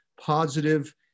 positive